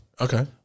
Okay